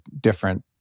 different